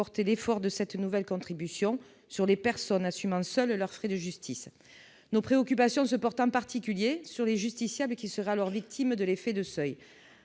l'effort de cette nouvelle contribution sur les personnes assumant seules leurs frais de justice. Nos préoccupations se portent en particulier sur les justiciables qui seraient alors victimes de l'effet de seuil.